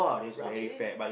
roughly